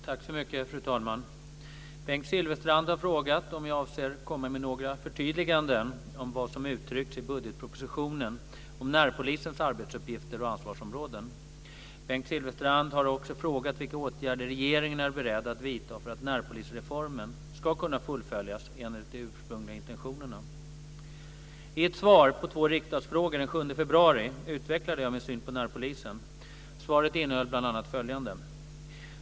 Fru talman! Bengt Silfverstrand har frågat om jag avser komma med några förtydliganden om vad som uttryckts i budgetpropositionen om närpolisens arbetsuppgifter och ansvarsområden. Bengt Silfverstrand har också frågat vilka åtgärder regeringen är beredd att vidta för att närpolisreformen ska kunna fullföljas enligt de ursprungliga intentionerna. I ett svar på två riksdagsfrågor den 7 februari utvecklade jag min syn på närpolisen. Svaret innehöll bl.a. följande.